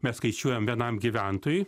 mes skaičiuojam vienam gyventojui